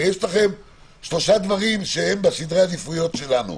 הרי יש לכם שלושה דברים שהם בסדרי העדיפויות שלנו: